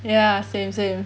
ya same same